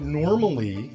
normally